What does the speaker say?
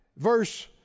Verse